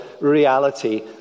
reality